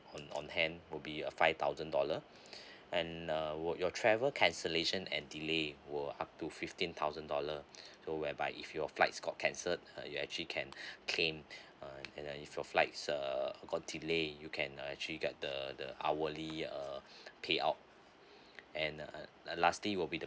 on on hand would be a five thousand dollar and uh were your travel cancellation and delay will up to fifteen thousand dollar so whereby if your flights got cancelled uh you actually can claim uh if your flights err got delay you can uh actually get the the hourly err payout and err lastly will be the